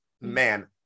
man